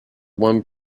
one